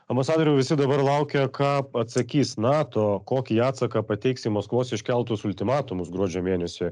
ambasadoriau visi dabar laukia ką atsakys nato kokį atsaką pateiks į maskvos iškeltus ultimatumus gruodžio mėnesio